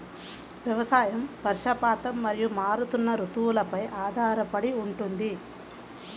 వ్యవసాయం వర్షపాతం మరియు మారుతున్న రుతువులపై ఆధారపడి ఉంటుంది